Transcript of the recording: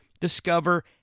discover